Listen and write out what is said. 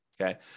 okay